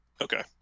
Okay